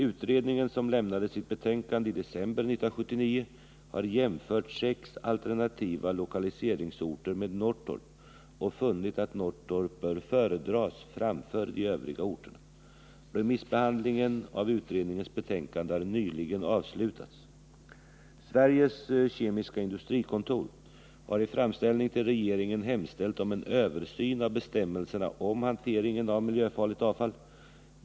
Utredningen, som lämnade sitt betänkande i december 1979, har jämfört sex alternativa lokaliseringsorter med Norrtorp och funnit att Norrtorp bör föredras framför de övriga orterna. Remissbehandlingen av utredningens betänkande har nyligen avslutats. Sveriges Kemiska Industrikontor har i framställning till regeringen hemställt om en översyn av bestämmelserna om hanteringen av miljöfarligt avfall.